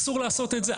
אסור לעשות את זה.